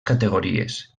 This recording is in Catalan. categories